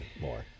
more